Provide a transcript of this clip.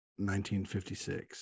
1956